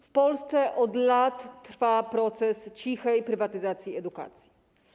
W Polsce od lat trwa proces cichej prywatyzacji edukacji.